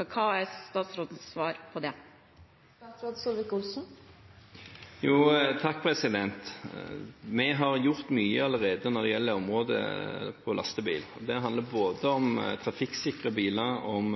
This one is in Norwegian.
Hva er statsrådens svar på det? Vi har gjort mye allerede når det gjelder området lastebil. Det handler om trafikksikre biler, om